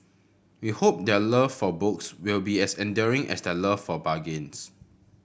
we hope their love for books will be as enduring as their love for bargains